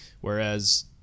whereas